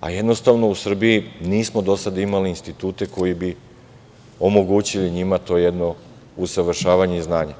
a jednostavno u Srbiji nismo dosad imali institute koji bi omogućili njima to jedno usavršavanje i znanje.